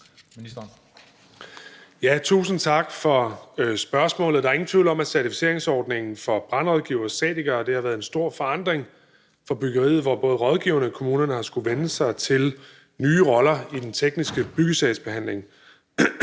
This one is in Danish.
Tusind tak for spørgsmålet. Der er ingen tvivl om, at certificeringsordningen for brandrådgivere og statikere har været en stor forandring for byggeriet, hvor både rådgivere og kommuner har skullet vænne sig til nye roller i den tekniske byggesagsbehandling.